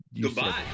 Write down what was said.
goodbye